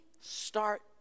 start